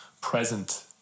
present